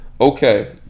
Okay